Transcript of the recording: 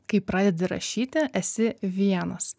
kai pradedi rašyti esi vienas